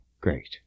great